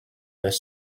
this